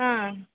हा